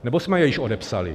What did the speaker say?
Nebo jsme je již odepsali?